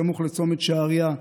סמוך לצומת שעריה,